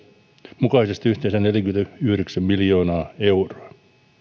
mukaisesti yhteensä neljäkymmentäyhdeksän miljoonaa euroa